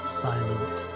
silent